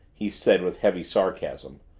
he said with heavy sarcasm,